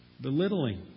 Belittling